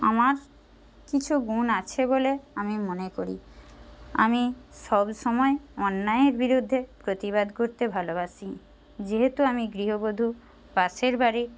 আমার কিছু গুণ আছে বলে আমি মনে করি আমি সবসময় অন্যায়ের বিরুদ্ধে প্রতিবাদ করতে ভালোবাসি যেহেতু আমি গৃহবধূ পাশের বাড়ি